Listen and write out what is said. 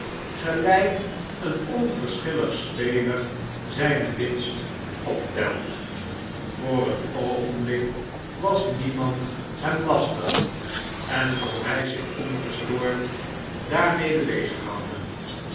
gelijk een onverschillig speler zijne winsten optejt voor het oogenblik was niemand hem lastig en kon hij zich ongestoord daarmede